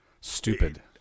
stupid